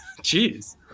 Jeez